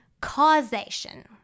causation